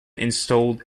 installed